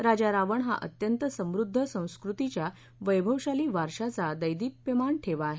राजा रावण हा अत्यंत समुद्ध संस्कृतीच्या वैभवशाली वारशाचा देदिप्यमान ठेवा आहे